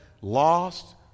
lost